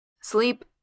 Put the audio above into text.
Sleep